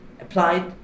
applied